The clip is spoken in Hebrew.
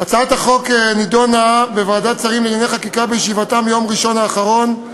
הצעת החוק נדונה בוועדת שרים לענייני חקיקה בישיבתה ביום ראשון האחרון,